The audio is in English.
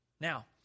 Now